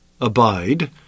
abide